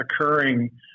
occurring